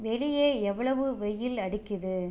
வெளியே எவ்வளவு வெய்யில் அடிக்குது